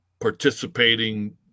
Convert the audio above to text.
participating